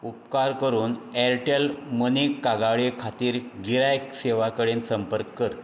उपकार करून Airtel Money कागाळी खातीर गिरायक सेवा कडेन संपर्क कर